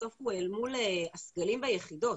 בסוף הוא אל מול הסגלים ביחידות